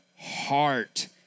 heart